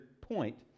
point